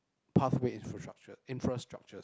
pathway infrastructure infrastructures